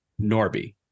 Norby